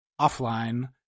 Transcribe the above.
offline